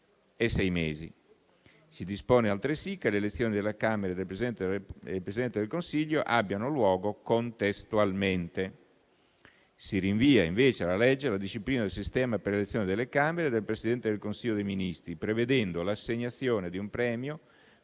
e sei mesi. Si dispone altresì che le elezioni delle Camere e del Presidente del Consiglio abbiano luogo contestualmente. Si rinvia invece alla legge la disciplina del sistema per l'elezione delle Camere e del Presidente del Consiglio dei ministri, prevedendo l'assegnazione di un premio